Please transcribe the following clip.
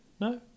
No